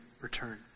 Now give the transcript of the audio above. return